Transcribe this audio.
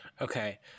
Okay